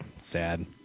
sad